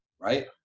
right